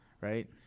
Right